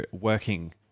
working